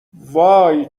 وای